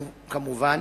כמובן,